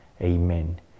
Amen